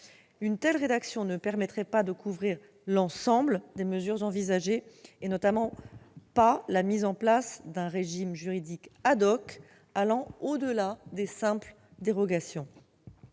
Une telle rédaction ne permettrait pas de couvrir l'ensemble des mesures envisagées, et notamment pas la mise en place d'un régime juridique allant au-delà des simples dérogations.